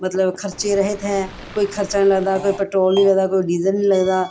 ਮਤਲਬ ਖਰਚੇ ਰਹਿਤ ਹੈ ਕੋਈ ਖਰਚਾ ਨਹੀਂ ਲੱਗਦਾ ਕੋਈ ਪੈਟਰੋਲ ਨਹੀਂ ਲੱਗਦਾ ਕੋਈ ਡੀਜ਼ਲ ਨਹੀਂ ਲੱਗਦਾ